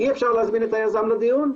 אי אפשר להזמין את היזם לדיון?